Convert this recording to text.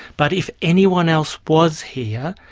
but if anyone else was here,